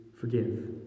forgive